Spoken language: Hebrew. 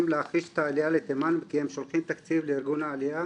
להחיש את העלייה מתימן וכי הם שולחים תקציב לארגון העלייה,